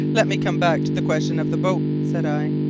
let me come back to the question of the boat, said i,